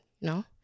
no